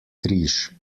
križ